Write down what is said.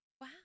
Wow